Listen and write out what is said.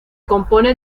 compone